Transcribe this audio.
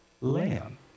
lamb